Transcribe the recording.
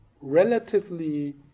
relatively